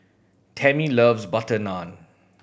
Tammy loves butter naan